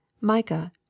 Micah